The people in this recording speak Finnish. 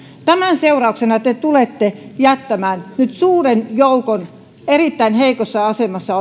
tämän seurauksena te tulette jättämään nyt suuren joukon erittäin heikossa asemassa